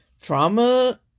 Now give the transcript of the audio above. trauma